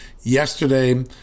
yesterday